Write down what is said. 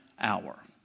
hour